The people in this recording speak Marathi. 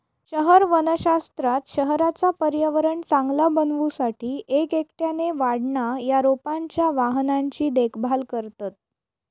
शहर वनशास्त्रात शहराचा पर्यावरण चांगला बनवू साठी एक एकट्याने वाढणा या रोपांच्या वाहनांची देखभाल करतत